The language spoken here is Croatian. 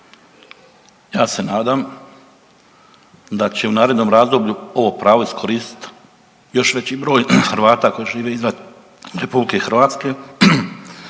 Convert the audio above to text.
Ja se nadam da će u narednom razdoblju ovo pravo iskoristit još veći broj Hrvata koji žive izvan RH, a svi